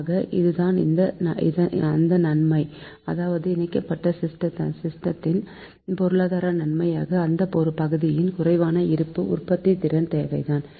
ஆக இதுதான் அந்த நன்மை அதாவது இணைக்கப்பட்ட சிஸ்டமின் பொருளாதார நன்மையான அந்தந்தப்பகுதியின் குறைவான இருப்பு உற்பத்திதிறன் தேவை தான்